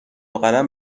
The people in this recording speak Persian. قلم